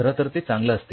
खरं तर ते चांगले असते